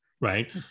right